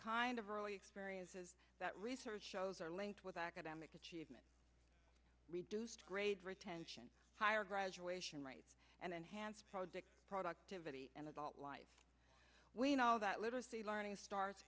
kind of early experiences that research shows are linked with academic achievement grade retention higher graduation rate and enhance productivity and adult life we know that literacy learning start